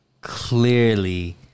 clearly